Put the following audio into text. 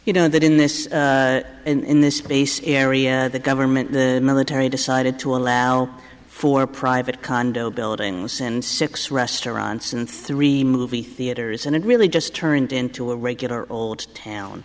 you know that in this in this base area the government the military decided to allow for private condo buildings and six restaurants and three movie theaters and it really just turned into a regular old town